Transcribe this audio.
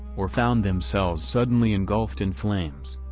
or found themselves suddenly engulfed in flames.